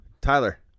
Tyler